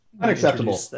Unacceptable